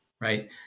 right